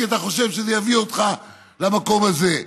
כי אתה חושב שזה יביא אותך למקום הזה.